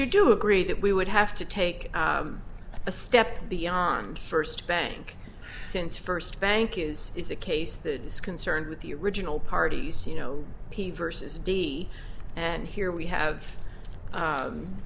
you do agree that we would have to take a step beyond first bank since first bank use is a case that is concerned with the original parties you know versus d and here we have